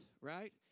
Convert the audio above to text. right